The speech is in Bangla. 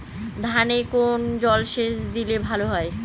ধানে কোন জলসেচ দিলে ভাল হয়?